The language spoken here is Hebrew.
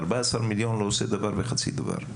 14 מיליון לא עושה דבר וחצי דבר.